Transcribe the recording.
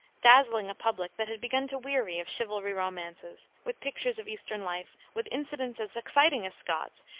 dazzling a public that had begun to weary of chivalry romances, with pictures of eastern life, with incidents as exciting as scott's,